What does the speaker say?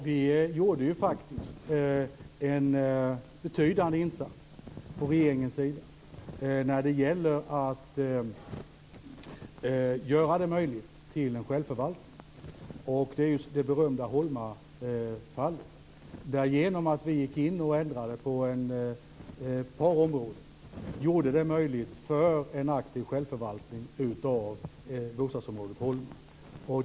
Vi gjorde en betydande insats från regeringens sida för att göra det möjligt med självförvaltning. Det är det berömda Holmafallet. Genom en ändring på ett par områden blev det möjligt med en aktiv självförvaltning av bostadsområdet Holma.